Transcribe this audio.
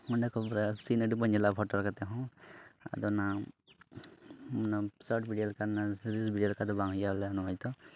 ᱚᱸᱰᱮ ᱠᱷᱚᱱ ᱥᱤᱱ ᱟᱹᱰᱤ ᱢᱚᱡᱽ ᱧᱮᱞᱚᱜᱼᱟ ᱯᱷᱳᱴᱳ ᱠᱟᱛᱮᱫ ᱦᱚᱸ ᱟᱫᱚ ᱚᱱᱟ ᱥᱚᱨᱴ ᱵᱷᱤᱰᱭᱳ ᱞᱮᱠᱟᱱ ᱨᱤᱞᱥ ᱵᱷᱤᱰᱭᱳ ᱞᱮᱠᱟ ᱫᱚ ᱵᱟᱝ ᱦᱩᱭᱩᱜᱼᱟ ᱵᱚᱞᱮ ᱩᱱᱟᱹᱜ ᱢᱚᱡᱽ ᱫᱚ